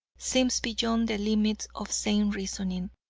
seems beyond the limits of sane reasoning